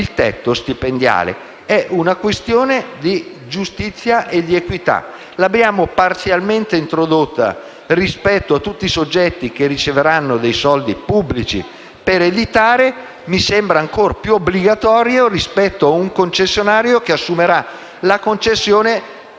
il tetto stipendiale. È una questione di giustizia e di equità; l'abbiamo parzialmente introdotta rispetto a tutti i soggetti che riceveranno dei soldi pubblici per editare, mi sembra ancor più obbligatorio rispetto a un concessionario che assumerà la concessione